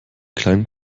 kleinen